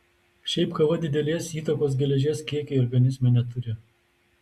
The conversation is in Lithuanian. šiaip kava didelės įtakos geležies kiekiui organizme neturi